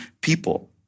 people